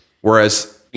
Whereas